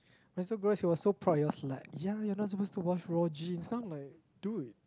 it's so gross he was so proud he was like yeah you're not supposed to wash raw jeans then I'm like dude